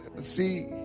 see